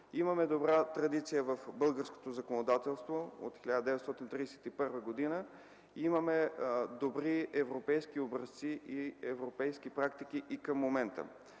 Има добра традиция в българското законодателство още от 1931 г. Има добри европейски образци и европейски практики и към момента.